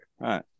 Right